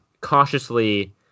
cautiously